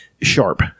sharp